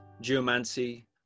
geomancy